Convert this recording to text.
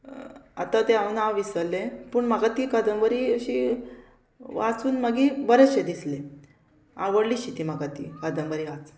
आतां तें हांव नांव विसरलें पूण म्हाका ती कादंबरी अशी वाचून मागीर बरेंशें दिसलें आवडलीशी ती म्हाका ती कादंबरी वाच